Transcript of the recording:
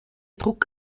druck